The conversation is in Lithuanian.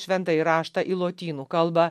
šventąjį raštą į lotynų kalbą